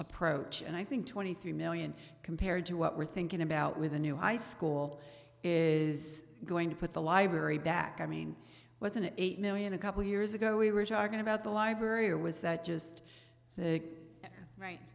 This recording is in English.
approach and i think twenty three million compared to what we're thinking about with a new high school is going to put the library back i mean it was an eight million a couple years ago we were talking about the library or was that just the